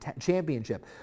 Championship